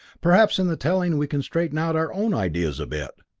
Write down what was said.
perhaps in the telling, we can straighten out our own ideas a bit.